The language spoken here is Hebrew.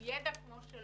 עם ידע כמו שלו,